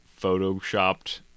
photoshopped